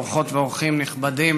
אורחות ואורחים נכבדים,